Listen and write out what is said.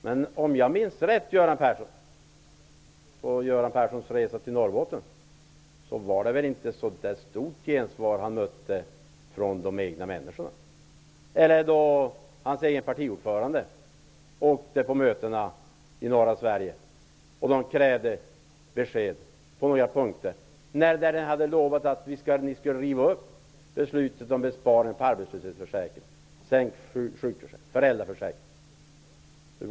Men om jag minns rätt, Göran Persson, var det väl inte så stort gensvar som Göran Persson mötte från de egna människorna vid sin resa i Norrbotten eller när hans egen partiordförande åkte runt i norra Sverige där människor krävde besked på en rad punkter. Ni hade lovat att riva upp beslutet om besparing på arbetslöshetsförsäkringen, sänkt sjukersättning och beslutet om föräldraförsäkringen.